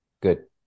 good